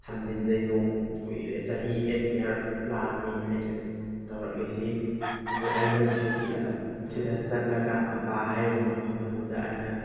ꯊꯝꯖꯤꯟꯖꯩ ꯅꯣꯡꯃ ꯀꯨꯏꯔꯦ ꯆꯍꯤ ꯑꯦꯠ ꯏꯌꯥꯔ ꯄ꯭ꯂꯥꯟꯅꯤ ꯑꯩꯅ ꯇꯧꯔꯛꯂꯤꯁꯤ ꯑꯗꯨ ꯑꯩꯅ ꯁꯥꯎꯗꯤ ꯑꯔꯕ ꯁꯤꯗ ꯆꯠꯂꯒ ꯃꯀꯥ ꯍꯥꯏꯔꯤꯕ ꯃꯐꯝ ꯑꯗꯨꯗ ꯑꯩꯅ